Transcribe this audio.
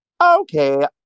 Okay